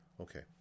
Okay